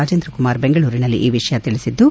ರಾಜೇಂದ್ರ ಕುಮಾರ್ ಬೆಂಗಳೂರಿನಲ್ಲಿ ಈ ವಿಷಯ ತಿಳಿಸಿದ್ದು